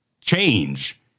change